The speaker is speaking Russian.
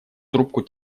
трубку